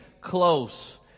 close